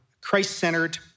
Christ-centered